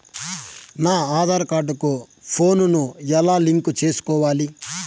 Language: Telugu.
నా ఆధార్ కార్డు కు ఫోను ను ఎలా లింకు సేసుకోవాలి?